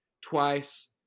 twice